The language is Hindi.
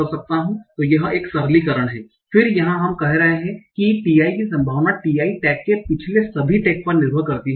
तो यह एक सरलीकरण है फिर यहां हम कह रहे हैं कि ti की संभावना ti टैग के पिछले सभी टैग पर निर्भर करती है